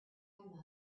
mother